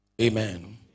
Amen